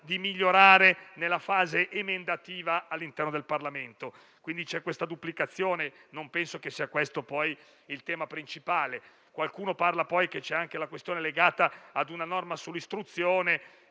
di migliorare nella fase emendativa all'interno del Parlamento. C'è quindi questa duplicazione, anche se non penso che sia questo poi il tema principale. Qualcuno parla anche della questione legata ad una norma sull'istruzione